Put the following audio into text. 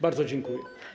Bardzo dziękuję.